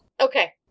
Okay